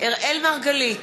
אראל מרגלית,